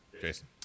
Jason